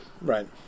Right